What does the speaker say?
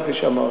כפי שאמרתי,